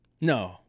No